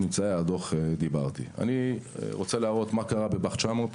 אני רוצה להראות מה קרה בבא"ח 900,